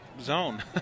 zone